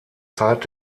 zeit